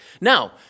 Now